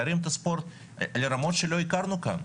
להרים את הספורט לרמות שלא הכרנו כאן.